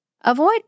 avoid